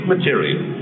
material